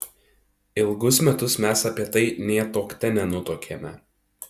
ilgus metus mes apie tai nė tuokte nenutuokėme